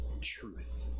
Truth